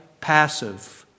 passive